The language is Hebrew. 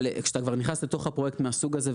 אבל כשאתה כבר נכנס לתוך פרויקט מהסוג הזה,